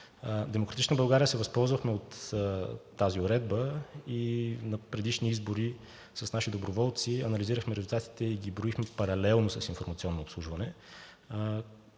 „Демократична България“ се възползвахме от тази уредба и на предишни избори с наши доброволци анализирахме резултатите и ги броихме паралелно с „Информационно обслужване“,